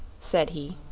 said he.